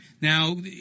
Now